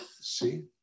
See